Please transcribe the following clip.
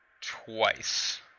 twice